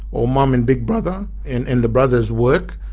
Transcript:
or mum and big brother and and the brothers work,